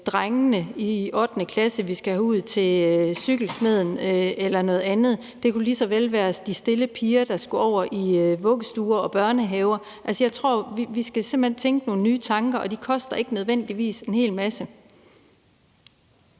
drengene i 8. klasse, vi skal have ud til cykelsmeden eller noget andet; det kunne lige så vel være de stille piger, der skulle over i vuggestuerne og børnehaverne. Altså, jeg tror simpelt hen, vi skal tænke nogle nye tanker, og de koster ikke nødvendigvis en hel masse.